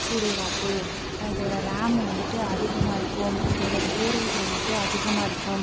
சூடேறாது இதோடய ரேமு வந்துட்டு அதிகமாக இருக்கும் இதோடய ஸ்டோரேஜ் வந்துட்டு அதிகமாக இருக்கும்